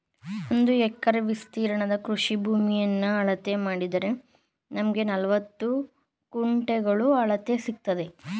ಒಂದು ಎಕರೆ ವಿಸ್ತೀರ್ಣದ ಕೃಷಿ ಭೂಮಿಯನ್ನ ಅಳತೆ ಮಾಡಿದರೆ ನಮ್ಗೆ ನಲವತ್ತು ಗುಂಟೆಗಳ ಅಳತೆ ಸಿಕ್ತದೆ